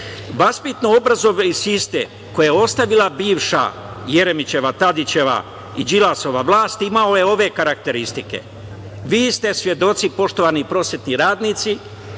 Vaspitno-obrazovni sistem koji je ostavila bivša Jeremićeva, Tadićeva i Đilasova vlast imao je ove karakteristike. Vi ste svedoci, poštovani prosvetni radnici,